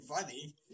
funny